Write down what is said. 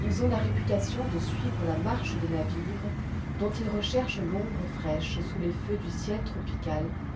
ils ont la réputation de suivre la marche des navires dont ils recherchent l'ombre fraîche sous les feux du ciel tropical